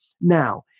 now